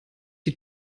die